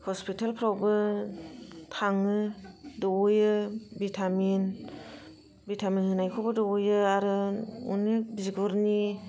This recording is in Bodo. हस्पितालफ्रावबो थाङो दौहैयो भिटामिन भिटामिन होन्नायखौबो दौहैयो आरो अनेक बिगुरनि